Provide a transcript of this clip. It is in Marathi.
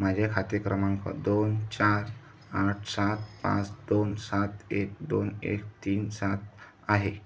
माझे खाते क्रमांक दोन चार आठ सात पाच दोन सात एक दोन एक तीन सात आहे